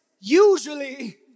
usually